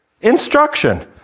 instruction